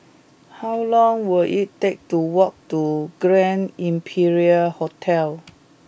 how long will it take to walk to Grand Imperial Hotel